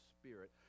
Spirit